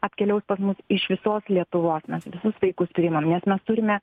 atkeliaus pas mus iš visos lietuvos mes visus vaikus priimam mes neturime